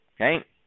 okay